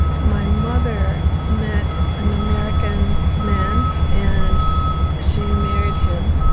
my mother met an american man and she married him.